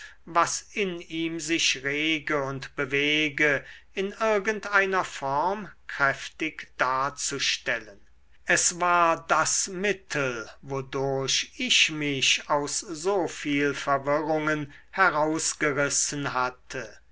was in ihm sich rege und bewege in irgend einer form kräftig darzustellen es war das mittel wodurch ich mich aus so viel verwirrungen herausgerissen hatte